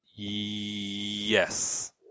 yes